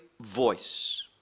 voice